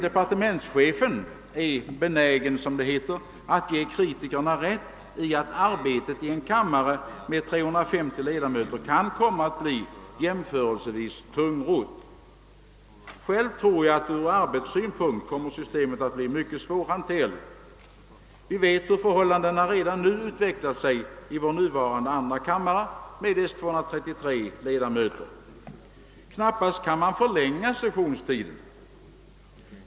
departementschefen är benägen, som det heter, att ge kritikerna rätt i att arbetet i en kammare med 350 ledamöter kan komma att bli jämförelsevis tungrott. Jag tror att systemet ur arbetssynpunkt kommer att bli mycket svårhanterligt. Vi vet hur förhållandena redan utvecklat sig i vår nuvarande andra kammare med dess 233 ledamöter. Man kan knappast förlänga sessionstiden.